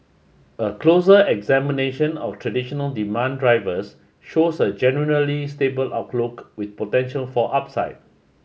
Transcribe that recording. a closer examination of traditional demand drivers shows a generally stable outlook with potential for upside